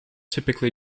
typically